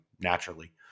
naturally